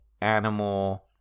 animal